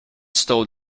stole